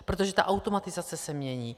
Protože ta automatizace se mění.